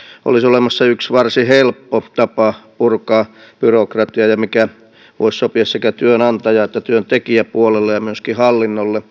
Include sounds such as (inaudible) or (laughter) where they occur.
olisi olemassa yksi varsin helppo tapa purkaa byrokratiaa mikä voisi sopia sekä työnantaja että työntekijäpuolelle ja myöskin hallinnolle (unintelligible)